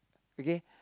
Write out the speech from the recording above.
okay